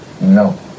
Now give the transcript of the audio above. No